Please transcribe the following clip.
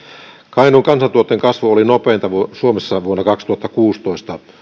kainuun kansantuotteen kasvu oli nopeinta suomessa vuonna kaksituhattakuusitoista